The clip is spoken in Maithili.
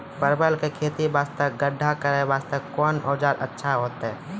परवल के खेती वास्ते गड्ढा करे वास्ते कोंन औजार अच्छा होइतै?